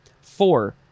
Four